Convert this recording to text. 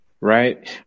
Right